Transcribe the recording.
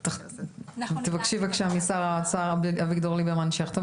אז תבקשי בבקשה משר האוצר אביגדור ליברמן שיחתום,